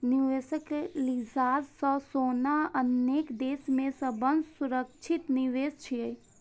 निवेशक लिजाज सं सोना अनेक देश मे सबसं सुरक्षित निवेश छियै